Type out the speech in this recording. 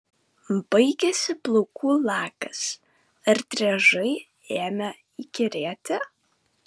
baigėsi plaukų lakas ar driežai ėmė įkyrėti